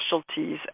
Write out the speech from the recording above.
specialties